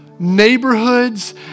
neighborhoods